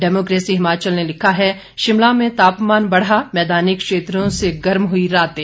democracy Himachal ने लिखा है शिमला में तापमान बढ़ा मैदानी क्षेत्रों से गर्म हुई रातें